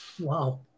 wow